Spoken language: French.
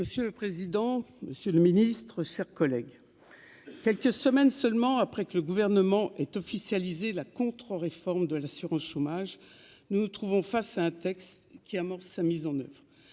Monsieur le président, monsieur le Ministre, chers collègues, quelques semaines seulement après que le gouvernement est officialisé la contre-réforme de l'assurance chômage, nous nous trouvons face à un texte qui amorce sa mise en oeuvre